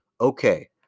okay